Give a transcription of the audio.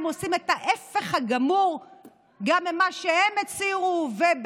הם עושים את ההפך הגמור גם ממה שהם הצהירו פה,